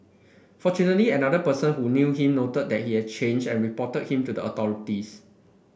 fortunately another person who knew him noted that he had changed and reported him to the authorities